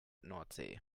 nordsee